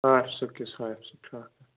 آفسٕکِس آفسُک چھُ آسان